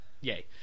yay